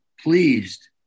pleased